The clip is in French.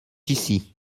ici